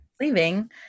leaving